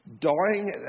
dying